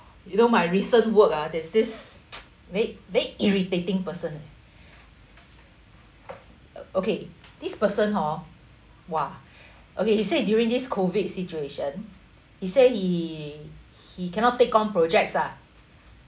you know my recent work ah there's this very very irritating person okay this person hor !wah! okay he said during this COVID situation he said he he cannot take on projects ah